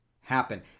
happen